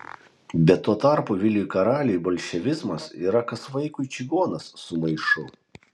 bet tuo tarpu viliui karaliui bolševizmas yra kas vaikui čigonas su maišu